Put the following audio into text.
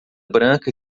branca